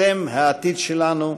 אתם העתיד שלנו,